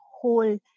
whole